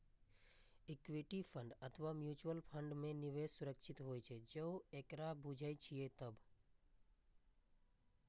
equity fund अथवा mutual fund मे निवेश सुरक्षित होइ छै, जौं अहां एकरा बूझे छियै तब